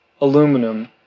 aluminum